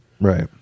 Right